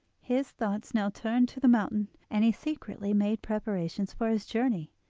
his thoughts now turned to the mountain, and he secretly made preparations for his journey.